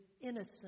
innocent